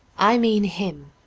i mean him.